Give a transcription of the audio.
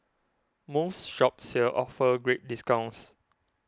most shops here offer great discounts